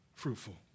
Fruitful